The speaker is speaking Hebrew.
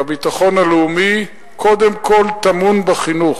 הביטחון הלאומי קודם כול טמון בחינוך,